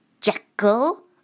Jekyll